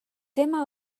tema